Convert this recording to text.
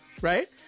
Right